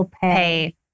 pay